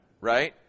right